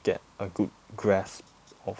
get a good grasp of